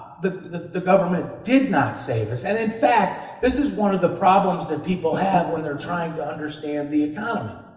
the the government did not save us, and in fact, this is one of the problems that people have when they're trying to understand the economy.